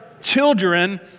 children